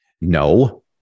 no